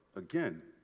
again,